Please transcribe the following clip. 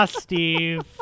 Steve